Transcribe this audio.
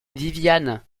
viviane